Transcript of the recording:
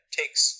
takes